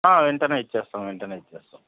వెంటనే ఇచ్చేస్తాం వెంటనే ఇచ్చేస్తాం